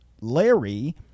Larry